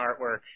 artwork